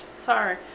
Sorry